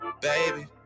baby